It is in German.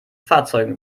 fahrzeugen